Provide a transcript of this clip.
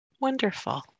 Wonderful